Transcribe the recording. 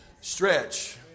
Stretch